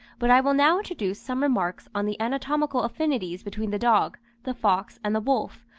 but i will now introduce some remarks on the anatomical affinities between the dog, the fox, and the wolf,